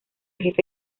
jefe